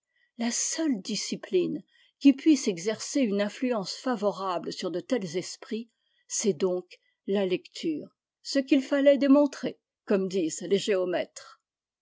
la seule discipline qui puisse exercer une influence favorable sur de tels esprits c'est donc la lecture ce qu'il fallait démontrer comme disent les géomètres